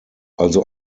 also